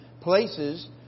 places